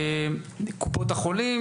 קופות החולים.